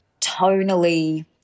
tonally